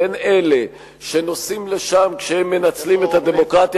בין אלה שנוסעים לשם כשהם מנצלים את הדמוקרטיה